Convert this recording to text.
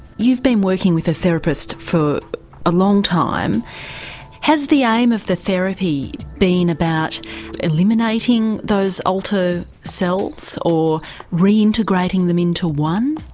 you've been working with a therapist for a long time has the aim of the therapy been about eliminating those alter selves or re-integrating them into one?